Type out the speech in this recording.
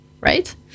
right